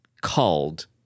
called